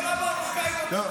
כל המרוקאים אותו דבר.